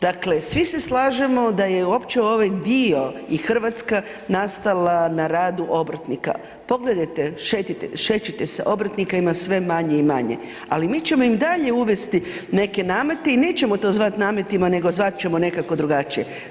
Dakle svi se slažemo da je uopće ovaj dio i Hrvatska nastala na radu obrtnika, pogledajte, šećite se obrtnika ima sve manje i manje, ali mi ćemo i dalje uvesti neke namete i nećemo to zvati nametima nego ćemo to zvati nekako drugačije.